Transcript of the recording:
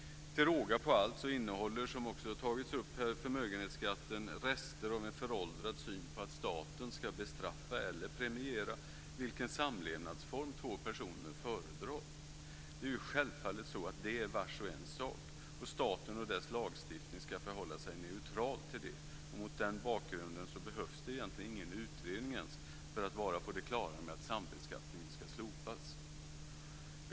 Till råga på allt innehåller förmögenhetsskatten, som också har tagits upp här, rester av en föråldrad syn på att staten ska bestraffa eller premiera beroende på vilken samlevnadsform två personer föredrar. Det är självfallet så att det är vars och ens ensak. Staten och dess lagstiftning ska förhålla sig neutralt till detta. Mot den bakgrunden behövs det egentligen ingen utredning ens för att vi ska vara på det klara med att sambeskattningen ska slopas.